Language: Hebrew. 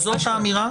זאת האמירה?